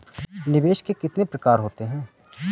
निवेश के कितने प्रकार होते हैं?